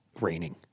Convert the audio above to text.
Raining